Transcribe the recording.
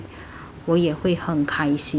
我也会很开心 lor